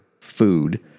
food